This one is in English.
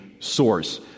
Source